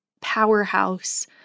powerhouse